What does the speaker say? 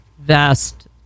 vast